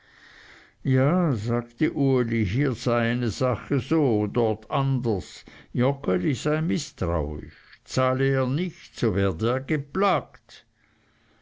ja sagte uli hier sei eine sache so dort anders joggeli sei mißtrauisch zahle er nicht so werde er geplagt